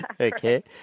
okay